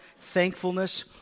thankfulness